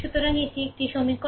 সুতরাং এটি একটি সমীকরণ